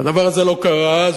והדבר הזה לא קרה אז,